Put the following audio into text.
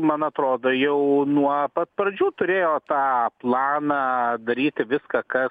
man atrodo jau nuo pat pradžių turėjo tą planą daryti viską kad